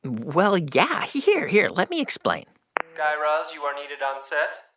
well, yeah. here, here. let me explain guy raz, you are needed on set.